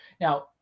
Now